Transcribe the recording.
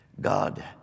God